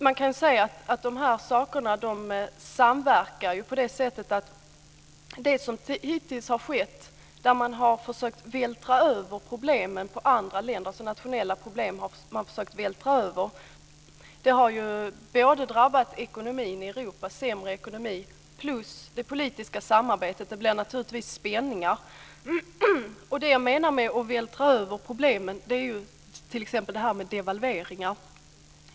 Man kan säga att de här sakerna samverkar på det sättet att det som hittills har skett, där man har försökt vältra över nationella problem på andra länder, har drabbat både ekonomin i Europa, med sämre ekonomi, och det politiska samarbetet. Det blir naturligtvis spänningar. Det jag menar med att vältra över problem är t.ex. devalveringar.